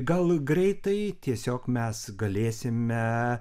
gal greitai tiesiog mes galėsime